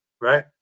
right